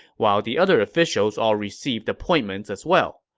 while the other officials all received appointments as well.